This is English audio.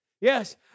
Yes